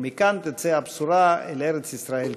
ומכאן תצא הבשורה אל ארץ ישראל כולה.